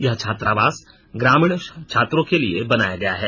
यह छात्रावास ग्रामीण छात्रों के लिए बनाया गया है